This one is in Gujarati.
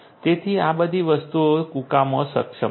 તેથી આ બધી વસ્તુઓ કુકામાં સક્ષમ છે